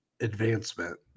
advancement